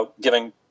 giving